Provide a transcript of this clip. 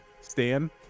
Stan